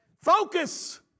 Focus